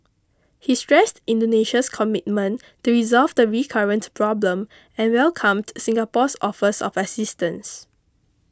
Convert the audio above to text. he stressed Indonesia's commitment to resolve the recurrent problem and welcomed Singapore's offers of assistance